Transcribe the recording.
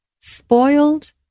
Spoiled